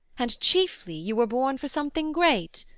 and chiefly you were born for something great,